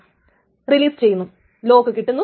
T1 ന്റെ റീഡ്സ്റ്റാബ് നേരത്തെ വായിച്ചു കഴിഞ്ഞു